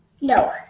No